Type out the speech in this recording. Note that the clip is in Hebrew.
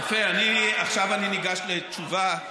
עכשיו אני ניגש לתשובה,